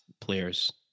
players